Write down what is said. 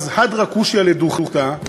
אז הדרא קושיא לדוכתא,